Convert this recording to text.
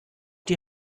die